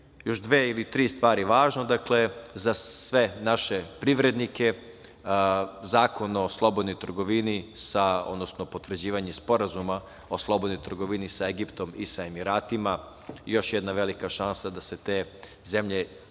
još dve ili tri stvari važno, dakle, za sve naše privrednike Zakon o slobodnoj trgovini, odnosno potvrđivanje Sporazuma o slobodnoj trgovini sa Egiptom i sa Emiratima, još jedna velika šansa da se te zemlje,